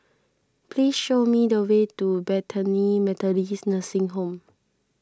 please show me the way to Bethany Methodist Nursing Home